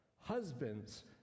husbands